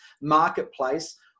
marketplace